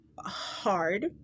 hard